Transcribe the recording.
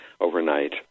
overnight